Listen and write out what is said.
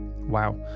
wow